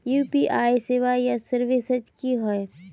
UPI सेवाएँ या services की होय?